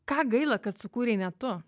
ką gaila kad sukūrei ne tu